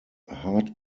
hard